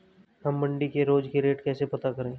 हम मंडी के रोज के रेट कैसे पता करें?